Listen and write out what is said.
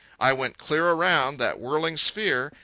i went clear around that whirling sphere,